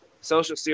social